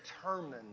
determined